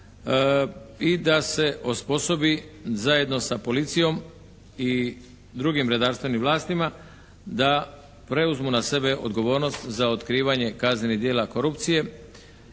i da se osposobi zajedno sa policijom i drugim redarstvenim vlastima, da preuzmu na sebe odgovornost za otkrivanje kaznenih djela korupcije.